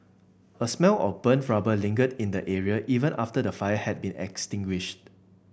a smell of burnt rubber lingered in the area even after the fire had been extinguished